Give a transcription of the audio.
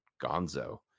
gonzo